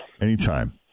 Anytime